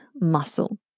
muscle